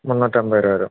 മുന്നൂറ്റിയമ്പത് രൂപ വരും